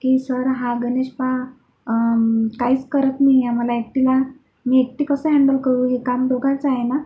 की सर हा गनेश पहा काहीच करत नाही आहे मला एकटीला मी एकटी कसं हॅन्डल करू हे काम दोघांचं आहे ना